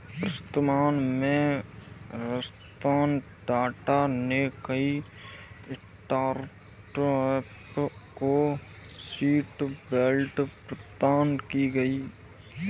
वर्तमान में रतन टाटा ने कई स्टार्टअप को सीड फंडिंग प्रदान की है